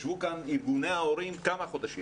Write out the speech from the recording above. ישבו כאן ארגוני ההורים כמה חודשים.